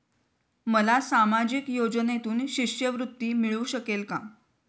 मला सामाजिक योजनेतून शिष्यवृत्ती मिळू शकेल का?